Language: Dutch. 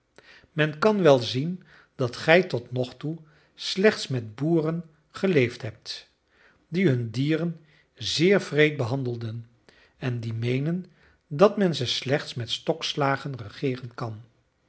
men kan wel zien dat gij tot nogtoe slechts met boeren geleeft hebt die hun dieren zeer wreed behandelen en die meenen dat men ze slechts met stokslagen regeeren kan